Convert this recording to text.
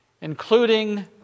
including